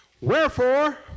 Wherefore